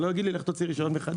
ולא יגיד לי "לך תוציא רישיון מחדש",